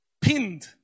pinned